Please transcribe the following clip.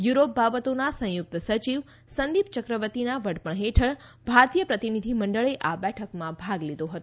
Europe બાબતોના સંયુક્ત સચિવ સંદીપ ચક્રવર્તીના વડપણ હેઠળ ભારતીય પ્રતિનિધિ મંડળે આ બેઠકમાં ભાગ લીધો હતો